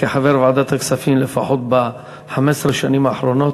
כחבר בוועדת הכספים לפחות ב-15 השנים האחרונות,